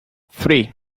three